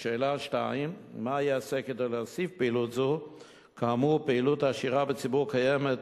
2. כאמור, פעילות השירה בציבור קיימת